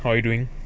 how you doing